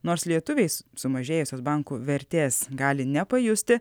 nors lietuviais sumažėjusios bankų vertės gali nepajusti